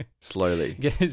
Slowly